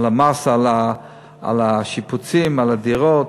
מס על השיפוצים, על הדירות,